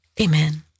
Amen